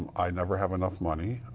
i never have enough money.